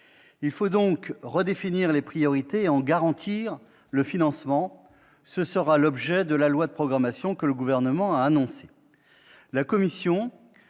Il faut donc redéfinir les priorités et en garantir le financement. Ce sera l'objet de la loi de programmation que le Gouvernement a annoncée.